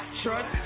trust